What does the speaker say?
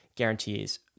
guarantees